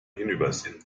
hinübersehen